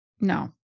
No